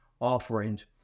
offerings